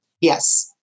Yes